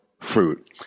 fruit